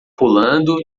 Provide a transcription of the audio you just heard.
pulando